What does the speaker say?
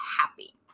happy